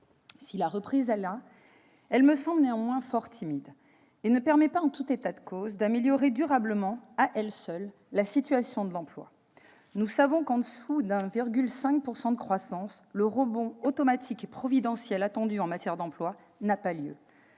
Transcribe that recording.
Si la reprise est là, elle me semble néanmoins fort timide et ne permet pas, en tout état de cause, d'améliorer durablement, à elle seule, la situation de l'emploi. Nous le savons, en dessous de 1,5 % de croissance, le rebond automatique et providentiel attendu en matière d'emploi n'a pas lieu.